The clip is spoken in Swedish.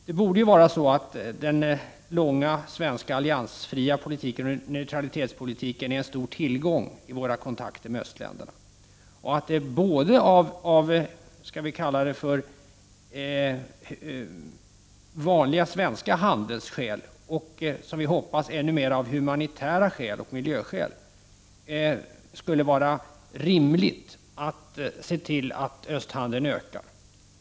Det borde vara så att den långa svenska alliansfria politiken och neutralitetspolitiken är en stor tillgång i våra kontakter med östländerna och att det både av vanliga svenska handelsskäl och av — förhoppningsvis ännu mera — humanitära skäl och miljöskäl är rimligt att se till att östhandeln ökar.